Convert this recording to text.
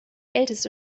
älteste